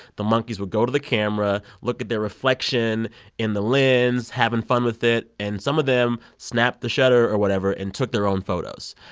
the monkeys would go to the camera, look at their reflection in the lens, having fun with it. and some of them snapped the shutter or whatever and took their own photos.